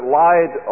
lied